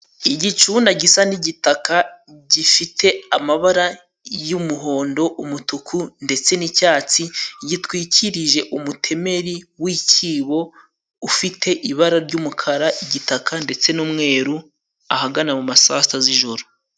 Igicuna gisa n'igitaka, gifite amabara y'umuhondo, umutuku ndetse n'icyatsi, gitwikirije umutemeri w'icyibo, ufite ibara ry'umukara, igitaka ndetse n'umweru, ahagana mu ma saa sita z'ijoro.